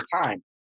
time